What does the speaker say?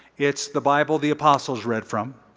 its the bible the apostles read from.